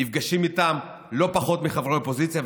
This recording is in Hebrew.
נפגשים איתם לא פחות מחברי אופוזיציה,